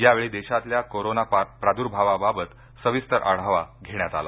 यावेळी देशातल्या कोरोना प्राद्र्भावाबाबत सविस्तर आढावा घेण्यात आला